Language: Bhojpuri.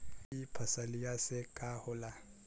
ई फसलिया से का होला?